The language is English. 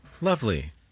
Lovely